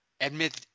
admit